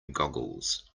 googles